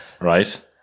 right